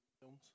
films